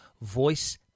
voice